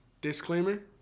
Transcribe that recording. Disclaimer